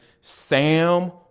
Sam